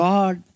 God